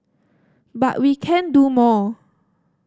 but we can do more